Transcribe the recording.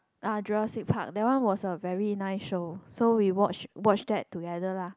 ah Jurassic Park that one was a very nice show so we watch watch that together lah